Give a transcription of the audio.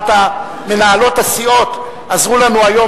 לא נתקבלה.